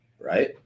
right